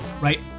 Right